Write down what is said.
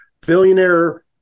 Billionaire